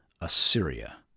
Assyria